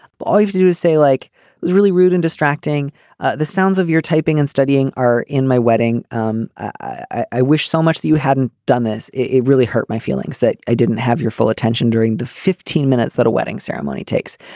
ah all you do is say like really rude and distracting the sounds of your typing and studying are in my wedding. um i wish so much you hadn't done this. it really hurt my feelings that i didn't have your full attention during the fifteen minutes that a wedding ceremony takes.